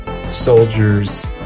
soldiers